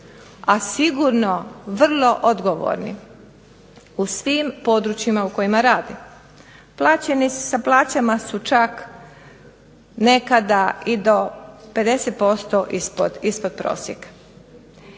a sigurno vrlo odgovorni, u svim područjima u kojima rade. Plaćeni su, sa plaćama su čak nekada i do 50% ispod prosjeka.